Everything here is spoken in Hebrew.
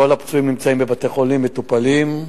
כל הפצועים נמצאים בבתי-חולים, מטופלים.